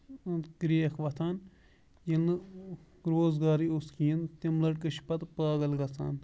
کریٚکھ وۄتھان ییٚلہِ نہٕ روزگارٕے اوس کِہینۍ تِم لٔڑکہٕ چھِ پَتہٕ پاگل گژھان